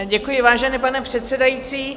Děkuji, vážený pane předsedající.